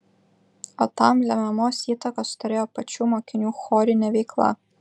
o tam lemiamos įtakos turėjo pačių mokinių chorinė veikla